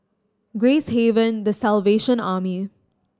Gracehaven The Salvation Army